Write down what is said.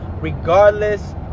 Regardless